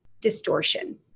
distortion